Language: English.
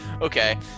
Okay